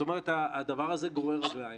הדבר הזה גורר רגליים.